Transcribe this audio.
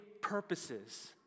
purposes